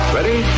Ready